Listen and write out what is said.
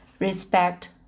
Respect